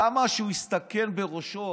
למה שהוא יסתכן בראשו.